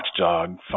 watchdog